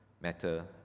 matter